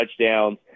touchdowns